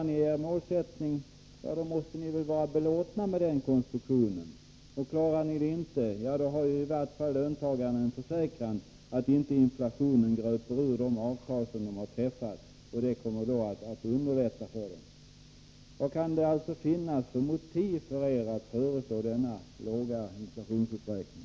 Klaras målet måste ni väl vara belåtna med konstruktionen, och klarar ni det inte har löntagarna i varje fall fått en försäkran som innebär att inflationen inte gröper ur de träffade avtalen, vilket kommer att underlätta situationen. Vilka motiv har ni för den föreslagna låga inflationsuppräkningen?